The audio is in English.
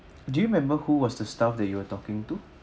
do you remember who was the staff that you were talking to